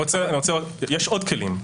יש עוד כלים.